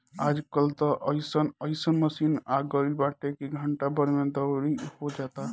आज कल त अइसन अइसन मशीन आगईल बाटे की घंटा भर में दवरी हो जाता